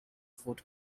food